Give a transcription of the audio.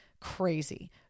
crazy